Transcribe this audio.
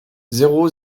zéro